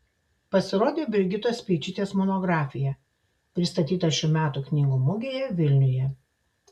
pasirodė brigitos speičytės monografija pristatyta šių metų knygų mugėje vilniuje